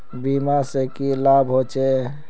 बीमा से की लाभ होचे?